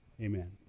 Amen